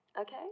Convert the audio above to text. okay